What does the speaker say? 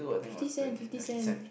fifty cent fifty cent